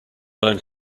learn